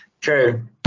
True